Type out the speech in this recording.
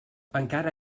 encara